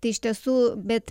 tai iš tiesų bet